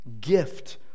gift